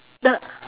the